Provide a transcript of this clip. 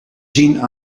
zien